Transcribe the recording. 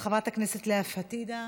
חברת הכנסת לאה פדידה,